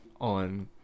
on